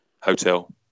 hotel